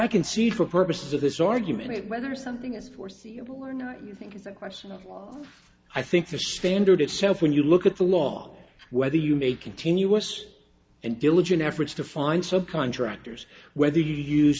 i can see for purposes of this argument whether something is foreseeable or not i think it's a question of law i think the standard itself when you look at the law whether you make continuous and diligent efforts to find subcontractors whether you use